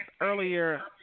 earlier